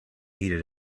heated